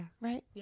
Right